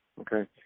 Okay